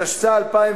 התשס"א 2001,